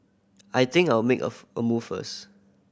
I think I'll make a a move first